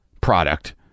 product